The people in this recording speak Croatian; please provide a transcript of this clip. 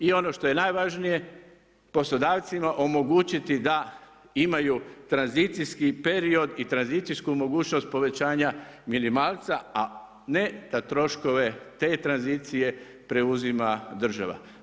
I ono što je najvažnije, poslodavcima omogućiti da imaju tranzicijski period i tranzicijsku mogućnost povećanja minimalca a ne da troškove te tranzicije preuzima država.